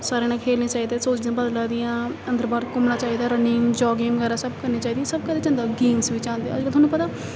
सारें कन्नै खेलने चाहिदे सौ चीजां पता लगदियां अंदर बाह्र घूमना चाहिदा रनिंग जागिंग बगैरा सब करनी चाहिदी सब कदें जंदा गेम्स बिच्च आंदे अज्जकल थुहानू पता